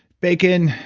bacon,